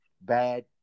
bad